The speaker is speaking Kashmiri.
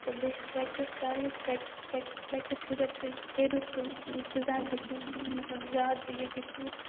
تہٕ بیٚیہِ چھِ پرٛٮ۪کٹِس کَرٕنۍ پرٛٮ۪کٹِس پرٛٮ۪کٹِس پرٛٮ۪کٹِس ییٖژاہ تُہۍ کٔرِو تہٕ تیوٗتاہ گٔژھِو مطلب زیادٕ یہِ گٔژھِو